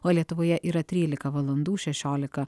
o lietuvoje yra trylika valandų šešiolika